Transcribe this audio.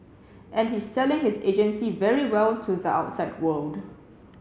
and he's selling his agency very well to the outside world